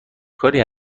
کاری